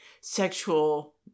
sexual